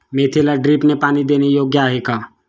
मेथीला ड्रिपने पाणी देणे योग्य आहे का?